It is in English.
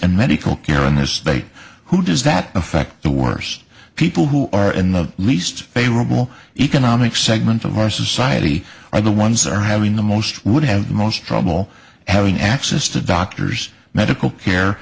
and medical care in this state who does that affect the worst people who are in the least favorable economic segment of our society are the ones that are having the most would have the most trouble having access to doctors medical care